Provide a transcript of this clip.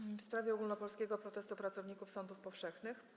Pytanie w sprawie ogólnopolskiego protestu pracowników sądów powszechnych.